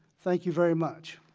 thank you very much.